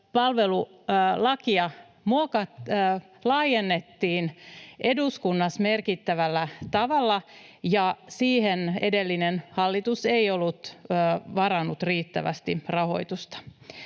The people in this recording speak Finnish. Vammaispalvelulakia laajennettiin eduskunnassa merkittävällä tavalla, ja siihen edellinen hallitus ei ollut varannut riittävästi rahoitusta.